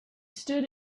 stood